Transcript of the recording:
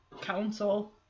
Council